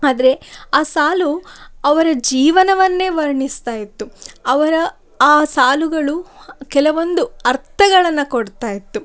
ಆದರೆ ಆ ಸಾಲು ಅವರ ಜೀವನವನ್ನೇ ವರ್ಣಿಸ್ತಾ ಇತ್ತು ಅವರ ಆ ಸಾಲುಗಳು ಕೆಲವೊಂದು ಅರ್ಥಗಳನ್ನು ಕೊಡ್ತಾ ಇತ್ತು